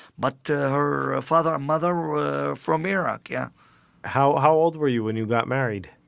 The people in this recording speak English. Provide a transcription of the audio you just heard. but her ah father and mother were from iraq, yeah how how old were you when you got married?